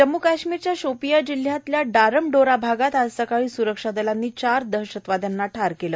जम्मू काश्मीरच्या शोपीयान जिल्ह्यातल्या डारमडोरा भागात आज सकाळी सुरक्षा दलांनी चार दहशतवाद्यांना ठार केलं